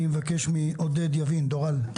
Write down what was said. אני מבקש מעודד יבין, דוראל.